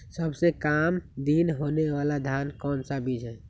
सबसे काम दिन होने वाला धान का कौन सा बीज हैँ?